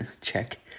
check